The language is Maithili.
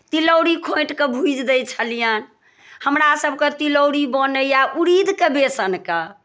तिलौरी खोँटि कऽ भूजि दै छलियनि हमरासभके तिलौरी बनैए उड़ीदके बेसनके